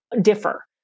differ